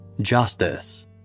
justice